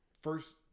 First